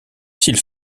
s’il